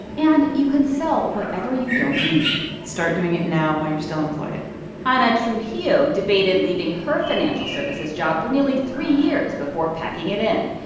and you can sell whatever you don't need start doing it now while you're still employed anna trujillo debated leaving her financial services job for nearly three years before packing it in.